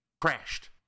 crashed